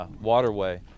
waterway